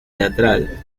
teatral